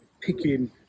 picking